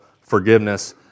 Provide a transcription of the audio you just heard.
forgiveness